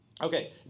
okay